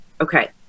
okay